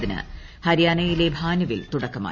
ന് ഹരിയാനയിലെ ഭാനുവിൽ തുടക്കമായി